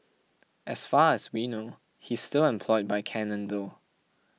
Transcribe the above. as far as we know he's still employed by Canon though